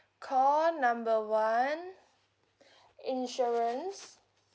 call number one insurance